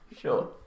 Sure